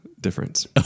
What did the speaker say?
difference